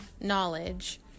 knowledge